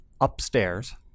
upstairs